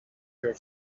your